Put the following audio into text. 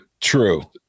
True